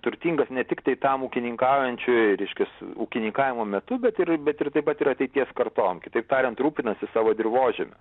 turtingas ne tiktai tam ūkininkaujančiui reiškias ūkininkavimo metu bet ir bet ir taip pat ir ateities kartom kitaip tariant rūpinasi savo dirvožemiu